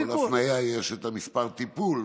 בכל הפניה יש את מספר הטיפול,